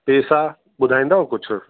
पैसा ॿुधाईंदव कुझु